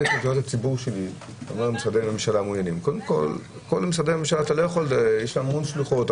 כל משרדי הממשלה - יש המון שלוחות,